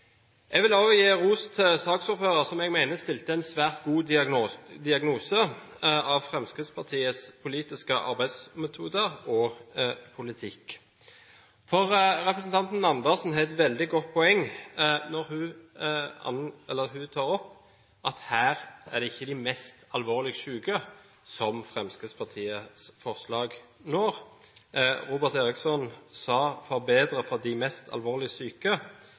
Jeg vil også gi ros til saksordføreren, som jeg mener stilte en svært god diagnose av Fremskrittspartiets politiske arbeidsmetoder – og politikk. Representanten Andersen har et veldig godt poeng når hun tar opp at her når ikke Fremskrittspartiets forslag de mest alvorlig syke. Robert Eriksson sa han ønsker en forbedring «for dem som er mest alvorlig syke».